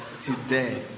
today